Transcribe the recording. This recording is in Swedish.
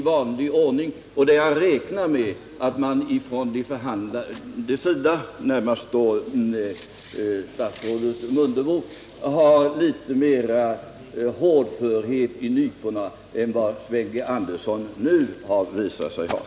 Jag räknar med att förhandlarna, närmast statsrådet Mundebo, har litet mer hårdförhet i nyporna än vad Sven